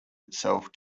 itself